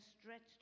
stretched